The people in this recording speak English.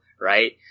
right